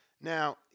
Now